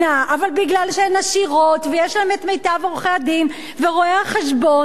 אבל מכיוון שהן עשירות ויש להן מיטב עורכי-הדין ורואי-החשבון ומכיוון